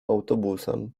autobusem